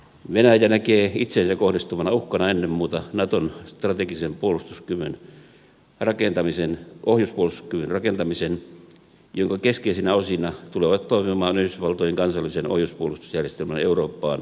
venäjä näkee itseensä kohdistuvana uhkana ennen muuta naton strategisen puolustuskyvyn rakentamisen ohjuspuolustuskyvyn rakentamisen jonka keskeisinä osina tulevat toimimaan yhdysvaltojen kansallisen ohjuspuolustusjärjestelmän eurooppaan sijoitettavat osat